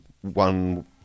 one